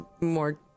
more